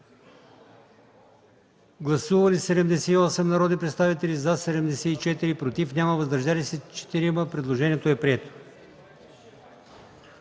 Гласували 88 народни представители: за 78, против 1, въздържали се 9. Предложението е прието.